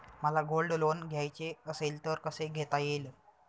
मला gold loan घ्यायचे असेल तर कसे घेता येईल?